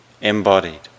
embodied